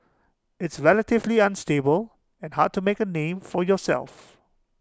it's relatively unstable and hard to make A name for yourself